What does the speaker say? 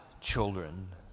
children